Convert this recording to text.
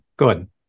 Good